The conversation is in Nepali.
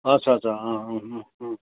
अच्छा अच्छा अँ अँ अँ अँ